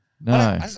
No